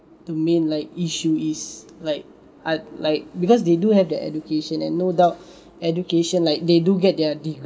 the main like issue is like I'd like because they do have the education and no doubt education like they do get their degree